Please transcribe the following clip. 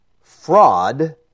fraud